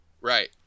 Right